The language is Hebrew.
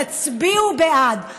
תצביעו בעד,